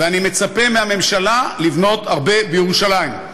ואני מצפה מהממשלה לבנות הרבה בירושלים.